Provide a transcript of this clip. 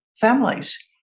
families